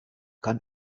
kann